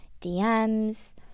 DMs